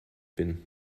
bin